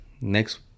next